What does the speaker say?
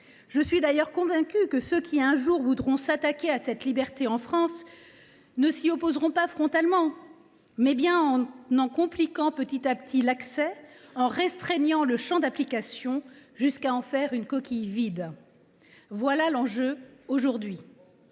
Je suis d’ailleurs convaincue que ceux qui, un jour, voudront s’attaquer à cette liberté en France ne s’y opposeront pas frontalement et le feront en en compliquant petit à petit l’accès, en restreignant son champ d’application, jusqu’à en faire une coquille vide. L’enjeu aujourd’hui